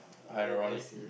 ironically